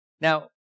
Now